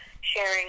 sharing